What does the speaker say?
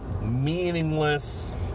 meaningless